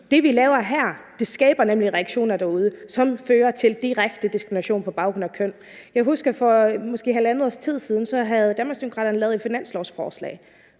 Det, vi laver her, skaber nemlig reaktioner derude, som fører til direkte diskrimination på baggrund af køn. Jeg husker, at Danmarksdemokraterne for måske halvandet års tid siden havde lavet et finanslovsforslag.